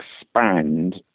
expand